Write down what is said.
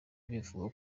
bivugwa